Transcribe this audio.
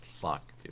fuck